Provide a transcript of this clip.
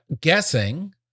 guessing